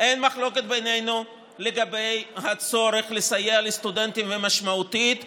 אין מחלוקת בינינו לגבי הצורך לסייע משמעותית לסטודנטים,